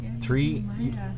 three